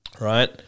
right